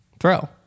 throw